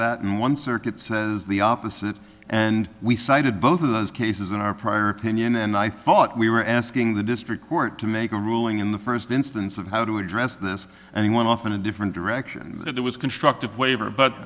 that mean one circuit says the opposite and we cited both of those cases in our prior opinion and i thought we were asking the district court to make a ruling in the first instance of how to address this and he went off in a different direction that it was constructive waiver but